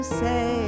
say